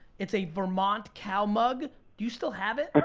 it's a vermont cow mug, do you still have it?